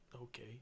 Okay